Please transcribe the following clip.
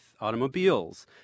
automobiles